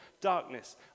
darkness